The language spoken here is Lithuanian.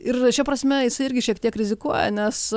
ir šia prasme jisai irgi šiek tiek rizikuoja nes